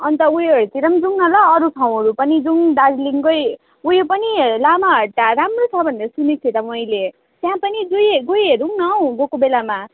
अन्त ऊ योहरूतिर पनि जाऔँ न ल अरू ठाउँहरू पनि जाऔँ दार्जिलिङकै ऊ यो पनि लामाहट्टा राम्रो छ भनेर सुनेको थिएँ त मैले त्यहाँ पनि गइ गइहेरौँ न हौ गएको बेलामा